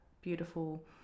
beautiful